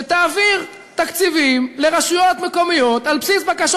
שתעביר תקציבים לרשויות מקומיות על בסיס בקשות